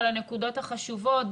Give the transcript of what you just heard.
על הנקודות החשובות,